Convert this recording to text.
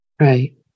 Right